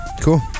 cool